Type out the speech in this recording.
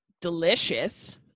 delicious